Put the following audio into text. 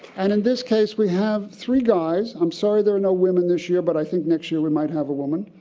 and in this case we have three guys. i'm sorry there are no women this year, but i think next year we might have a woman.